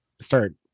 start